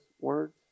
words